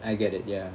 I get it ya